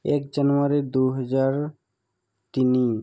এক জানুৱাৰী দুহেজাৰ তিনি